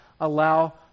allow